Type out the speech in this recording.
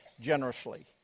generously